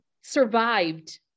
Survived